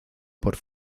por